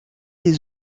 des